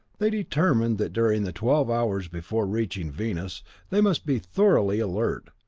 they determined that during the twelve hours before reaching venus they must be thoroughly alert,